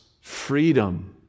freedom